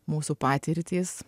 mūsų patirtys